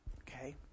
Okay